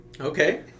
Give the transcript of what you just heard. Okay